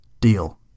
Deal